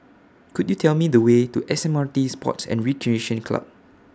Could YOU Tell Me The Way to S M R T Sports and Recreation Club